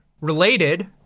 related